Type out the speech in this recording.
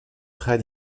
très